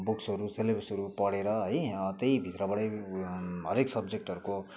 बुक्सहरू सेलेबसहरू पढेर है त्यही भित्रबाटै हरेक सब्जेक्टहरूको